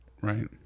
right